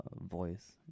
voice